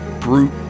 brute